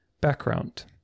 Background